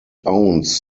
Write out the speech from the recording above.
owns